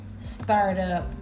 startup